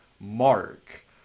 Mark